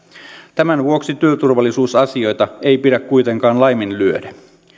tämän vuoksi työturvallisuusasioita ei pidä kuitenkaan laiminlyödä